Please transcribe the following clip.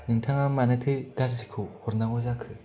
नोंथांआ मानोथो गारजिखौ हरनांगौ जाखो